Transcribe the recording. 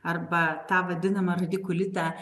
arba tą vadinamą radikulitą